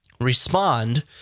Respond